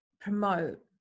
promote